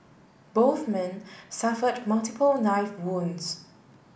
both men suffered multiple knife wounds